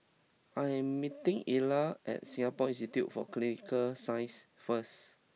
I am meeting Ella at Singapore Institute for Clinical Sciences first